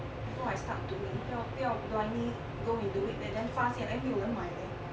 before I start doing 不要不要 blindly go into it and then 发现 eh 没有人买 leh